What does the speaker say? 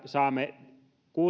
saamme